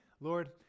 Lord